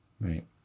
right